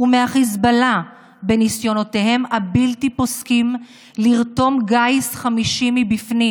ומהחיזבאללה בניסיונותיהם הבלתי-פוסקים לרתום גיס חמישי מבפנים.